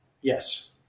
Yes